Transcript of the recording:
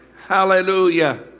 Hallelujah